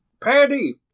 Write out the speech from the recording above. Patty